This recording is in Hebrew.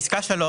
פסקה (3)